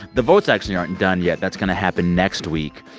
the votes actually aren't done yet. that's going to happen next week.